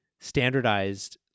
standardized